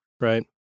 Right